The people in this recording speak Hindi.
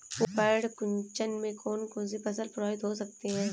पर्ण कुंचन से कौन कौन सी फसल प्रभावित हो सकती है?